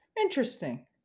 Interesting